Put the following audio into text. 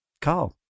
carl